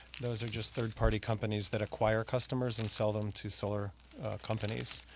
those are just third party companies that acquire customers and sell them to solar companies.